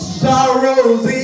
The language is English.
sorrows